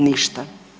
Ništa.